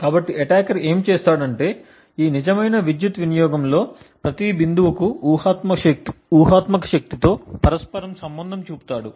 కాబట్టి అటాకర్ ఏమి చేస్తాడంటే ఈ నిజమైన విద్యుత్ వినియోగంలో ప్రతి బిందువుకు ఊహాత్మక శక్తితో పరస్పరం సంబంధం చూపుతాడు